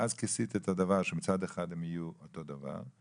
ואז כיסית את הדבר שמצד אחד הם יהיו אותו דבר,